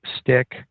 stick